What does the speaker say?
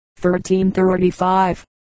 1335